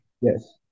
Yes